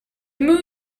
moon